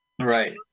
Right